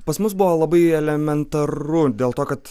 pas mus buvo labai elementaru dėl to kad